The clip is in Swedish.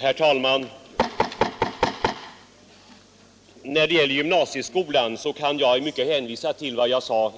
Herr talman! När det gäller gymnasieskolan kan jag i mycket hänvisa till vad jag sade